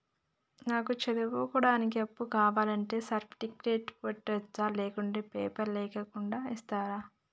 నాకు చదువుకోవడానికి అప్పు కావాలంటే సర్టిఫికెట్లు పెట్టొచ్చా లేకుంటే పేపర్లు లేకుండా ఇస్తరా?